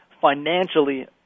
financially